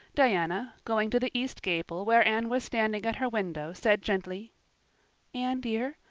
diana, going to the east gable, where anne was standing at her window, said gently anne dear,